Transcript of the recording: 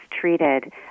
treated